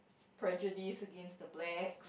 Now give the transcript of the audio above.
prejudice against the black